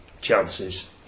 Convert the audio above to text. chances